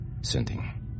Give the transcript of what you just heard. sending